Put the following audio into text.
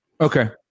okay